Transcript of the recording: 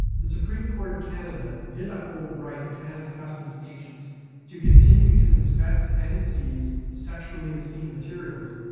the supreme court of canada did uphold the right of canada customs agents to continue to inspect and seize sexually obscene materials,